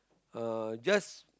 uh just